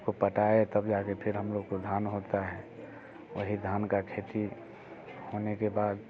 उसको पटाए तब जा के फिर हम लोग को धान होता है वही धान का खेती होने के बाद